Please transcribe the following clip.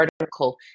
article